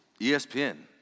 ESPN